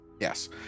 Yes